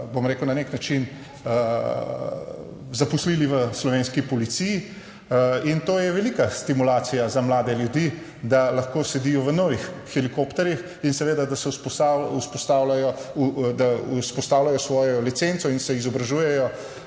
bom rekel, na nek način zaposlili v slovenski policiji. In to je velika stimulacija za mlade ljudi, da lahko sedijo v novih helikopterjih in seveda, da vzpostavljajo svojo licenco in se izobražujejo